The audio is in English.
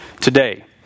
today